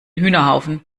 hühnerhaufen